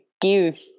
give